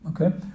okay